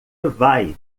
vai